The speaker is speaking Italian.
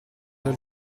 del